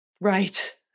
right